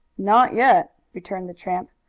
not yet, returned the tramp.